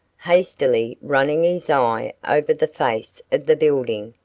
hastily running his eye over the face of the building,